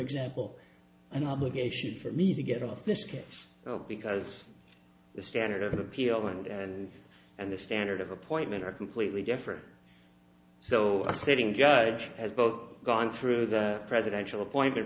example an obligation for me to get off this case because the standard of appeal and and and the standard of appointment are completely different so a sitting judge has both gone through the presidential appointment